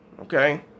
Okay